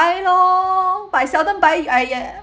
I know but I seldom buy I uh